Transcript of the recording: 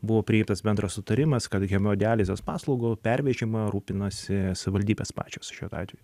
buvo prieitas bendras sutarimas kad hemodializės paslaugų pervežimą rūpinasi savivaldybės pačios šiuo atveju